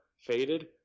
faded